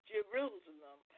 Jerusalem